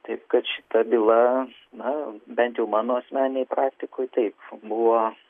taip kad šita byla na bent jau mano asmeninėj praktikoj taip buvo